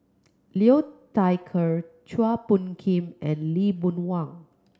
Liu Thai Ker Chua Phung Kim and Lee Boon Wang